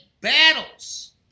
battles